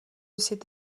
cette